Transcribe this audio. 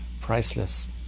priceless